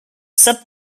sub